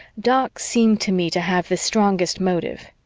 doc seemed to me to have the strongest motive.